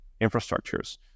infrastructures